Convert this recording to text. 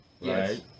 Yes